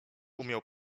umiał